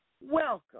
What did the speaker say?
Welcome